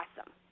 awesome